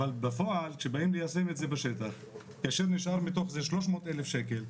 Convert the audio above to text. אבל בפועל כשבאים ליישם את זה בשטח כאשר נשאר מתוך זה 300,000 שקל,